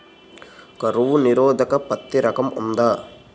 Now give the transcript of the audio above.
కరువు నిరోధక పత్తి రకం ఉందా?